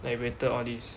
like waiter all these